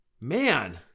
Man